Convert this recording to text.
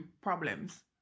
problems